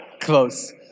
Close